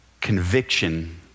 Conviction